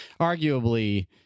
Arguably